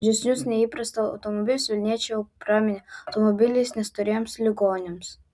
mažesnius nei įprasta automobilius vilniečiai jau praminė automobiliais nestoriems ligoniams